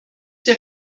der